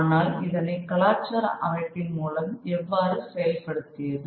ஆனால் இதனை கலாச்சார அமைப்பின் மூலம் எவ்வாறு செயல்படுத்தியது